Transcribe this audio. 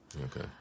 Okay